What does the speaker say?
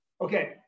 Okay